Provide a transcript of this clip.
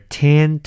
ten